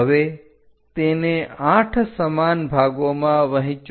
હવે તેને 8 સમાન ભાગોમાં વહેંચો